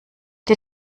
der